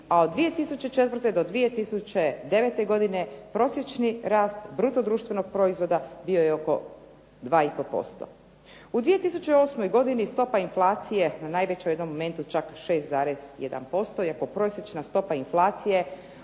a od 2004. do 2009. godine prosječni rast bruto društvenog proizvoda bio je oko 2 i pol posto. U 2008. godini stopa inflacije na najvećem jednom momentu čak 6,1% iako prosječna stopa inflacije